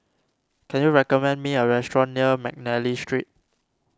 can you recommend me a restaurant near McNally Street